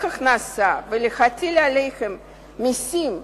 ולהטיל עליהם מסים,